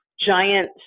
giant